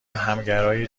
همگرای